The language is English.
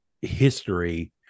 history